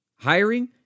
Hiring